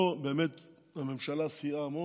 פה באמת הממשלה סייעה המון,